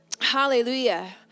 Hallelujah